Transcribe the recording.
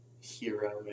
hero